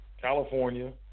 California